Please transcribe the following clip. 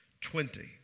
Twenty